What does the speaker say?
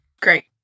Great